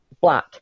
black